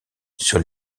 sur